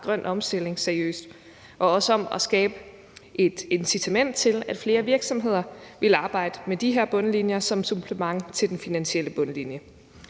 grøn omstilling seriøst, og også om at skabe et incitament til, at flere virksomheder vil arbejde med de her bundlinjer som supplement til den finansielle bundlinje.